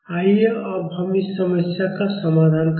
आइए अब हम इस समस्या का समाधान करें